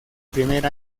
primer